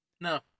No